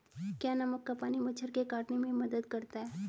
क्या नमक का पानी मच्छर के काटने में मदद करता है?